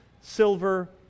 silver